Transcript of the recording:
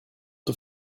the